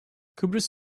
kıbrıs